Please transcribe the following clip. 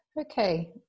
Okay